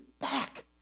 back